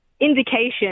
indication